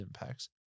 impacts